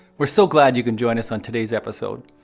we're so glad you can join us on today's episode.